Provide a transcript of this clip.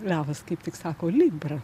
levas kaip tik sako libra